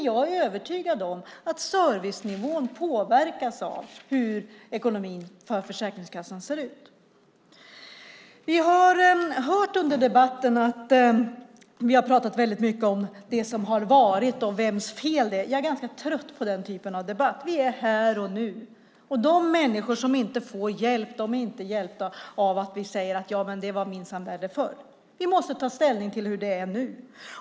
Jag är övertygad om att servicenivån påverkas av hur ekonomin för Försäkringskassan ser ut. Vi har under debatten pratat mycket om det som har varit och vems fel det är. Jag är ganska trött på den typen av debatt. Vi är här och nu. De människor som inte får hjälp är inte hjälpta av att vi säger att det minsann var värre förr. Vi måste ta ställning till hur det är nu.